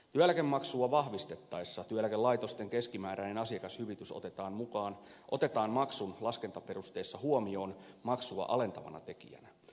työeläkemaksua vahvistettaessa työeläkelaitosten keskimääräinen asiakashyvitys otetaan maksun laskentaperusteessa huomioon maksua alentavana tekijänä